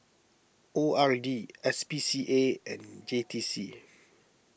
O R D S P C A and J T C